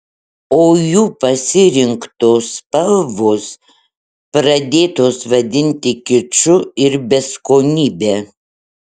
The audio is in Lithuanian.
o jų pasirinktos spalvos pradėtos vadinti kiču ir beskonybe